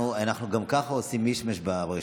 גם ככה אנחנו עושים מישמש ברשימה.